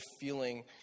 feeling